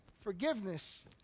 forgiveness